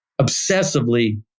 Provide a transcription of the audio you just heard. obsessively